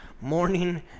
morning